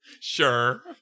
Sure